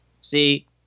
See